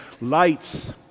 Lights